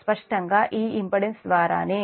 స్పష్టంగా ఈ ఇంపిడెన్స్ ద్వారా నే